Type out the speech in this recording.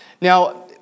Now